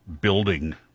building